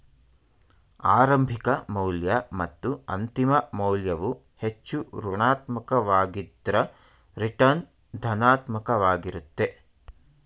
ಆರಂಭಿಕ ಮೌಲ್ಯ ಮತ್ತು ಅಂತಿಮ ಮೌಲ್ಯವು ಹೆಚ್ಚು ಋಣಾತ್ಮಕ ವಾಗಿದ್ದ್ರ ರಿಟರ್ನ್ ಧನಾತ್ಮಕ ವಾಗಿರುತ್ತೆ